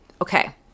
Okay